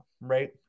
right